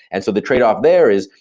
and so the trade-off there is,